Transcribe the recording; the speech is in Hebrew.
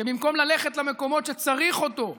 שבמקום ללכת למקומות שצריך אותו,